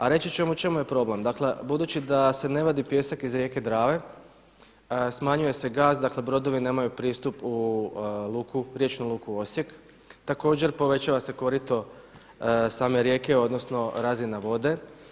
A reći ću vam u čemu je problem, dakle budući da se na vadi pijesak iz rijeke Drave smanjuje se gaz, dakle brodovi nemaju pristup u luku, riječnu luku Osijek, također povećava se korito same rijeke odnosno razina vode.